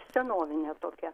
senovinė tokia